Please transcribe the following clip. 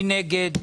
מי נגד?